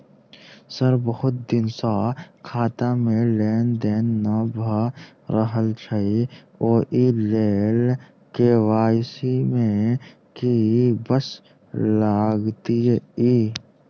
Sir बहुत दिन सऽ खाता मे लेनदेन नै भऽ रहल छैय ओई लेल के.वाई.सी मे की सब लागति ई?